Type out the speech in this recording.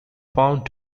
found